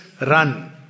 run